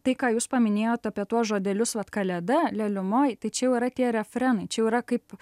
tai ką jūs paminėjot apie tuos žodelius vat kalėda leliumoj tai čia jau yra tie refrenai čia jau yra kaip